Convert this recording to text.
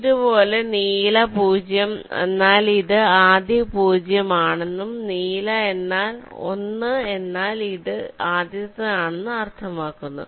അതുപോലെ നീല 0 എന്നാൽ ഇത് ആദ്യ 0 ആണെന്നും നീല 1 എന്നാൽ ഇത് ആദ്യത്തേതാണെന്നും അർത്ഥമാക്കുന്നു